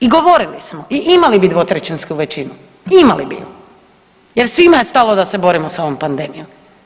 I govorili smo i imali bi dvotrećinsku većinu, imali bi ju jer svima je stalo da se borimo s ovom pandemijom.